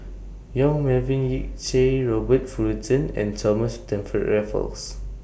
Yong Melvin Yik Chye Robert Fullerton and Thomas Stamford Raffles